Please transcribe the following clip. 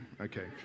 Okay